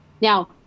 now